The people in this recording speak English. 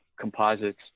composites